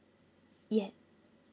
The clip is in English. yes